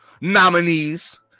nominees